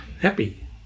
happy